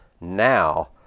now